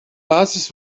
basis